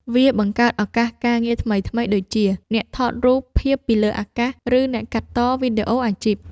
វាបង្កើតឱកាសការងារថ្មីៗដូចជា អ្នកថតរូបភាពពីលើអាកាស ឬអ្នកកាត់តវីដេអូអាជីព។